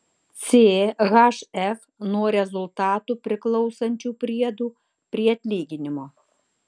chf nuo rezultatų priklausančių priedų prie atlyginimo